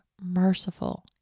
merciful